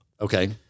Okay